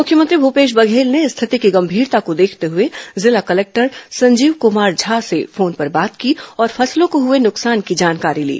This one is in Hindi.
मुख्यमंत्री भूपेश बघेल ने स्थिति की गंभीरता को देखते हुए जिला कलेक्टर संजीव कुमार झा से फोन पर बात की और फसलों को हुए नुकसान की जानकारी ली